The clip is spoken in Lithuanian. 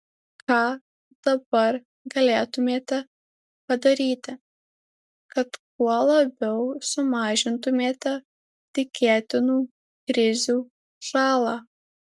ką dabar galėtumėte padaryti kad kuo labiau sumažintumėte tikėtinų krizių žalą